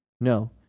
No